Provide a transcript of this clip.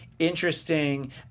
Interesting